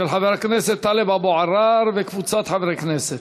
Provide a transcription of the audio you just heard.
של חבר הכנסת טלב אבו עראר וקבוצת חברי הכנסת.